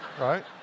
right